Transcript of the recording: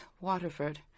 Waterford